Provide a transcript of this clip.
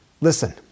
Listen